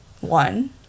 One